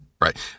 Right